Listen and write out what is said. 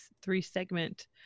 three-segment